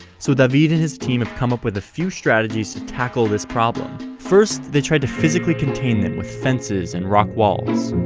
so david and his team have come up with a few strategies to tackle this problem. first, they tried to physically contain them with fences and rock walls.